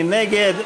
מי נגד?